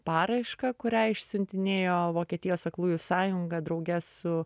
paraišką kurią išsiuntinėjo vokietijos aklųjų sąjunga drauge su